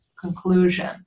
conclusion